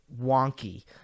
wonky